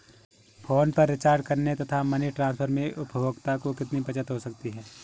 Phone पर recharge करने तथा मनी ट्रांसफर में उपभोक्ता को कितनी बचत हो सकती है?